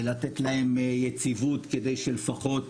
לתת להם יציבות, כדי שלפחות